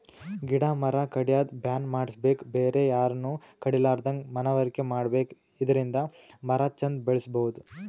ಗಿಡ ಮರ ಕಡ್ಯದ್ ಬ್ಯಾನ್ ಮಾಡ್ಸಬೇಕ್ ಬೇರೆ ಯಾರನು ಕಡಿಲಾರದಂಗ್ ಮನವರಿಕೆ ಮಾಡ್ಬೇಕ್ ಇದರಿಂದ ಮರ ಚಂದ್ ಬೆಳಸಬಹುದ್